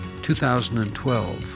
2012